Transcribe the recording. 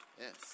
Yes